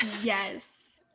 Yes